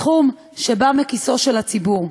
סכום שבא מכיסו של הציבור.